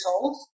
old